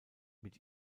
mit